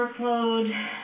workload